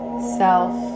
Self